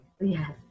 Yes